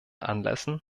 anlässen